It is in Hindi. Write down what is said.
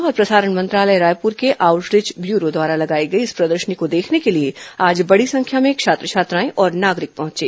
सूचना और प्रसारण मंत्रालय रायपुर के आउटरीच ब्यूरो द्वारा लगाई गई इस प्रदर्शनी को देखने के लिए आज बडी संख्या में छात्र छात्राएं और नागरिक पहंचे